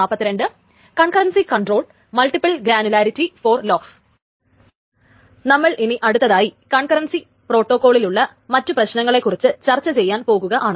നമ്മൾ ഇനി അടുത്തതായി കൺകറൻസി പ്രോർട്ടോകോളിലുള്ള മറ്റു പ്രശ്നങ്ങളെ കുറിച്ച് ചർച്ച ചെയ്യുവാൻ പോകുകയാണ്